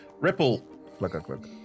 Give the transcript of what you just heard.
ripple